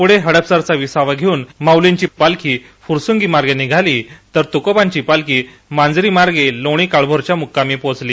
पूढे हा प्रेसरचा विसावा घेऊन माऊलींची पालखी फुरसंगी मार्गे निघाली तर तुकोबांची पालखी मांजरीमार्गे लोणी काळभोरच्या मुक्कामी पोचली